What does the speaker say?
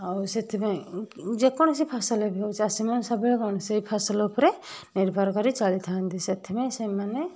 ଆଉ ସେଥିପାଇଁ ଯେକୌଣସି ଫସଲ ବି ହଉ ଚାଷୀମାନେ ସବୁବେଳେ କ'ଣ ସେଇ ଫସଲ ଉପରେ ନିର୍ଭର କରି ଚଳିଥାନ୍ତି ସେଥିପାଇଁ ସେମାନେ